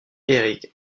eric